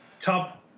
top